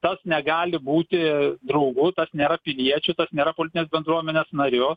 tas negali būti draugu tas nėra piliečiu tas nėra politinės bendruomenės nariu